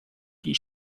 die